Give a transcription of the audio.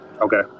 Okay